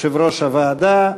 יושב-ראש הוועדה.